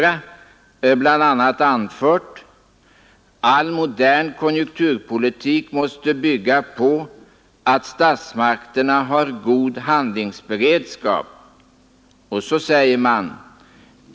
”All modern konjunkturpolitik måste bygga på att statsmakterna har god handlingsberedskap.